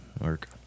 work